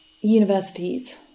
universities